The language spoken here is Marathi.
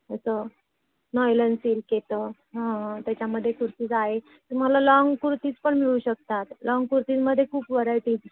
असं नॉईलन सिल्क येतं हां त्याच्यामध्ये कुर्तीज आहेत तुम्हाला लॉन्ग कुर्तीज पण मिळू शकतात लॉन्ग कुर्तीमध्ये खूप व्हरायटीज